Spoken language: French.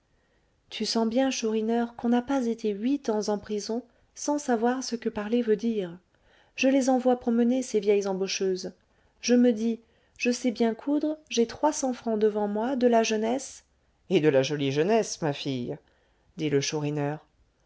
tu sens bien chourineur qu'on n'a pas été huit ans en prison sans savoir ce que parler veut dire je les envoie promener ces vieilles embaucheuses je me dis je sais bien coudre j'ai trois cents francs devant moi de la jeunesse et de la jolie jeunesse ma fille dit le chourineur